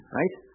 right